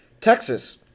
Texas